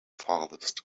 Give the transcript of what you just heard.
furthest